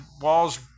walls